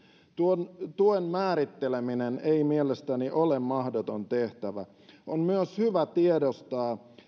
tuon tuen määritteleminen ei mielestäni ole mahdoton tehtävä on myös hyvä tiedostaa